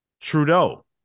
Trudeau